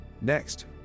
Next